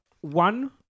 One